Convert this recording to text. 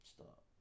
Stop